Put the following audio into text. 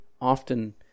often